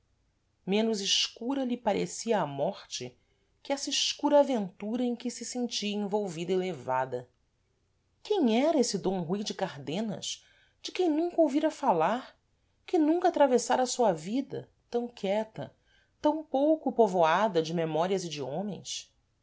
menos escura lhe parecia a morte que essa escura aventura em que se sentia envolvida e levada quem era êsse d rui de cardenas de quem nunca ouvira falar que nunca atravessara a sua vida tam quieta tam pouco povoada de memórias e de homens